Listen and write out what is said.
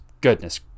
goodness